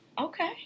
Okay